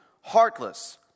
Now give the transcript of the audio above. heartless